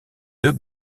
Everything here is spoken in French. deux